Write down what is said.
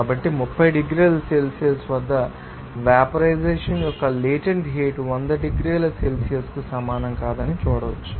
కాబట్టి 30 డిగ్రీల సెల్సియస్ వద్ద వేపరైజెషన్ యొక్క లేటెంట్ హీట్ 100 డిగ్రీల సెల్సియస్తో సమానం కాదని మీరు చూడవచ్చు